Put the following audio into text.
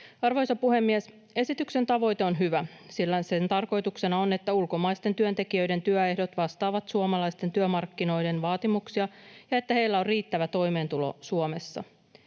Arvoisa puhemies! Esityksen tavoite on hyvä, sillä sen tarkoituksena on, että ulkomaisten työntekijöiden työehdot vastaavat suomalaisten työmarkkinoiden vaatimuksia ja että heillä on riittävä toimeentulo Suomessa.